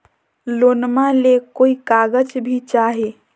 लोनमा ले कोई कागज भी चाही?